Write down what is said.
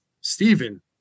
Stephen